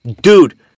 dude